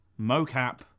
mocap